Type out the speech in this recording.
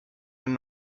eine